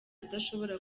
adashobora